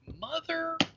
mother